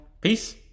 Peace